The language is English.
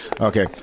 Okay